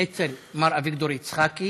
היינו אצל מר אביגדור יצחקי